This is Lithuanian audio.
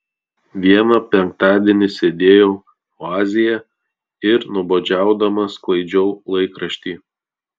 vieną penktadienį sėdėjau oazėje ir nuobodžiaudama sklaidžiau laikraštį